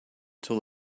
till